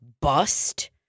bust